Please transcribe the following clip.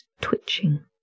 twitching